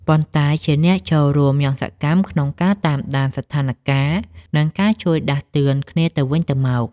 ប៉ុន្តែជាអ្នកចូលរួមយ៉ាងសកម្មក្នុងការតាមដានស្ថានការណ៍ និងការជួយដាស់តឿនគ្នាទៅវិញទៅមក។